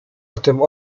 potem